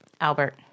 Albert